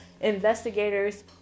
investigators